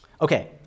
Okay